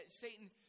Satan